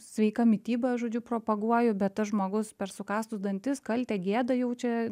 sveika mityba žodžiu propaguoju bet tas žmogus per sukąstus dantis kaltę gėdą jaučia